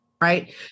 right